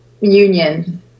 union